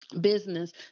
business